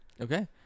Okay